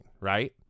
right